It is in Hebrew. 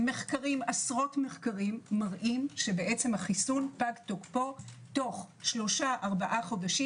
עשרות מחקרים מראים שהחיסון פג תוקפו תוך שלושה-ארבעה חודשים,